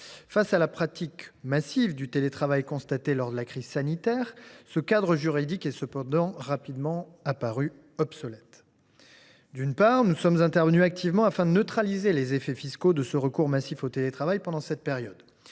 Face à la pratique massive du télétravail constatée lors de la crise sanitaire, ce cadre juridique est cependant rapidement apparu obsolète. D’une part, nous sommes intervenus activement afin de neutraliser les effets fiscaux de ce recours massif au télétravail pendant cette période.